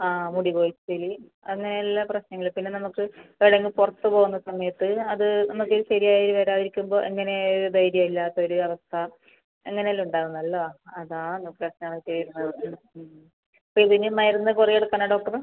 ആ മുടി കൊഴിച്ചൽ അങ്ങനെ എല്ലാ പ്രശ്നങ്ങളും പിന്നെ നമ്മൾക്ക് എവിടെ എങ്കിലും പുറത്ത് പോവുന്ന സമയത്ത് അത് നമ്മൾക്ക് ശരി ആയി വരാതെ ഇരിക്കുമ്പോൾ എങ്ങനെ ധൈര്യം ഇല്ലാത്ത ഒരു അവസ്ഥ ഇങ്ങനെ എല്ലാം ഉണ്ടാവും നല്ല അതാണ് പ്രശ്നത്തെ മാറ്റും ഇപ്പോൾ ഇതിന് മരുന്ന് കുറേ എടുക്കണോ ഡോക്ടറ്